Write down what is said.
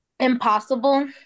impossible